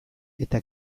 eta